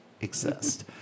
exist